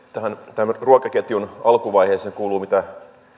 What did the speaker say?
tähän ruokaketjun alkuvaiheeseen kuuluvat mitä